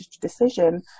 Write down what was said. decision